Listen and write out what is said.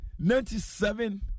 Ninety-seven